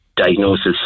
diagnosis